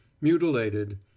Mutilated